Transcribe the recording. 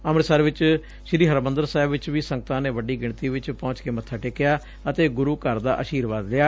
ਅੰਮ੍ਰਿਤਸਰ ਚ ਸ੍ਰੀ ਹਰਿਮੰਦਰ ਸਾਹਿਬ ਚ ਵੀ ਸੰਗਤਾ ਨੇ ਵੱਡੀ ਗਿਣਤੀ ਵਿਚ ਪਹੁੰਚ ਕੇ ਮੱਥਾ ਟੇਕਿਆ ਅਤੇ ਗੁਰੂ ਘਰ ਦਾ ਅਸੀਰਵਾਦ ਲਿਆ